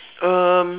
um